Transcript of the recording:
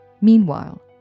Meanwhile